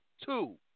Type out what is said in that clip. two